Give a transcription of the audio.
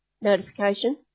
notification